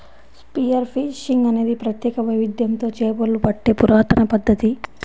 spear fishing అనేది ప్రత్యేక వైవిధ్యంతో చేపలు పట్టే పురాతన పద్ధతి